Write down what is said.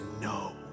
no